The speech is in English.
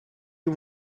you